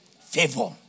Favor